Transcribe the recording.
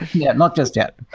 yeah. not just yet